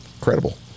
credible